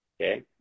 Okay